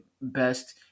best